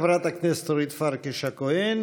תודה, חברת הכנסת אורית פרקש הכהן.